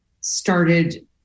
started